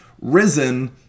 Risen